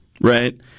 right